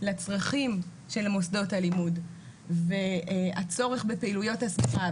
לצרכים של מוסדות הלימוד והצורך בפעילויות הסברה,